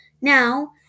Now